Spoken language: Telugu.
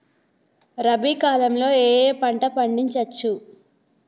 రబీ కాలంలో ఏ ఏ పంట పండించచ్చు?